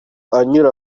anyura